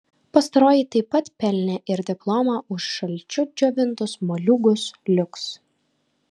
pastaroji taip pat pelnė ir diplomą už šalčiu džiovintus moliūgus liuks